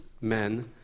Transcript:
men